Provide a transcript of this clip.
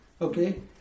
Okay